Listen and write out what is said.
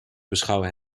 beschouwen